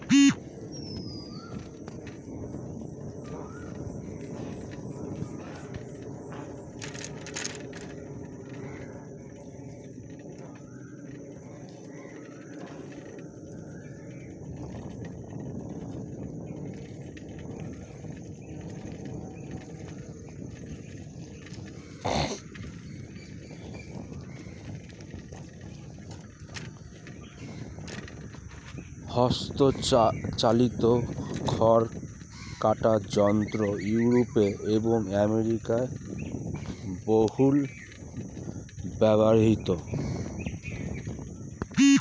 হস্তচালিত খড় কাটা যন্ত্র ইউরোপে এবং আমেরিকায় বহুল ব্যবহৃত